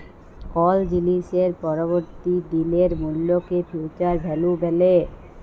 call জিলিসের পরবর্তী দিলের মূল্যকে ফিউচার ভ্যালু ব্যলে